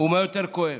ומה יותר כואב.